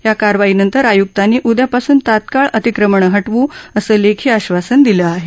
या कारवाईनंतर आय्क्तांनी उदयापासून तत्काळ अतिक्रमण हटवू असं लेखी आश्वासन दिलं आहे